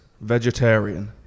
Vegetarian